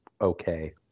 okay